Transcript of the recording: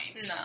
No